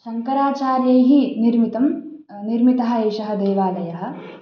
शङ्कराचार्यैः निर्मितं निर्मितः एषः देवालयः